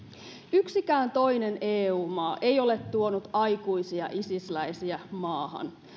yksikään toinen eu maa ei ole tuonut aikuisia isisläisiä maahan